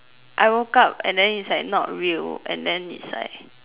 I woke up and then it's like not real and then it's like